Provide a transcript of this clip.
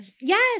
yes